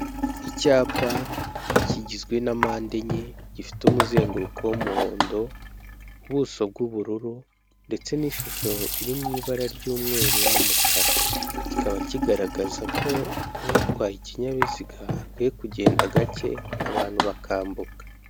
Icyapa kigizwe nampande enye gifite umuzenguruko w'umuhondo, ubuso bw'ubururu, ndetse n'ishusho irimw' ibara ry'umweru n'umukara. Kikaba kigaragaza ko uwutwaye ikinyabiziga akwiye kugenda gake abantu bakambuka.